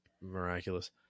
miraculous